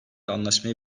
anlaşmayı